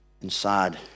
inside